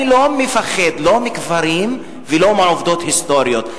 אני לא מפחד לא מקברים ולא מעובדות היסטוריות.